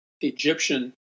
Egyptian